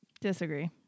Disagree